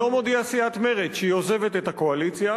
היום הודיעה סיעת מרצ שהיא עוזבת את הקואליציה,